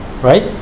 right